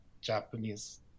Japanese